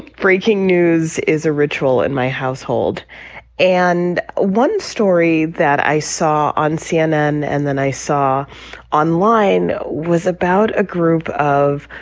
breaking news is a ritual in my household and one story that i saw on cnn. and then i saw online was about a group of